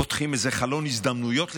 פותחים איזה חלון הזדמנויות לשיח,